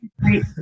great